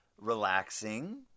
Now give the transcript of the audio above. relaxing